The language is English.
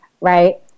right